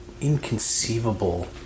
inconceivable